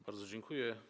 Bardzo dziękuję.